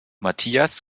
matthias